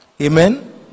Amen